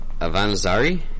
Avanzari